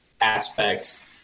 aspects